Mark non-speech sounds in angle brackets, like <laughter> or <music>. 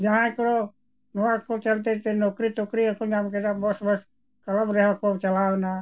ᱡᱟᱦᱟᱸᱭ ᱠᱚᱫᱚ ᱱᱚᱣᱟ ᱠᱚ ᱪᱟᱞᱛᱮ ᱱᱚᱠᱨᱤ ᱴᱚᱠᱨᱤ ᱦᱚᱸᱠᱚ ᱧᱟᱢ ᱠᱮᱫᱟ ᱵᱚᱥ <unintelligible> ᱨᱮᱦᱚᱸ ᱠᱚ ᱪᱟᱞᱟᱣᱮᱱᱟ